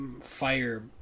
fire